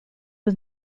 was